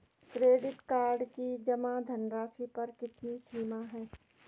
Credit card की जमा धनराशि पर कितनी सीमा है?